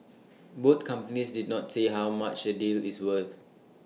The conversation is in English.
both companies did not say how much the deal is worth